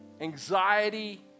anxiety